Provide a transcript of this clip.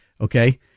Okay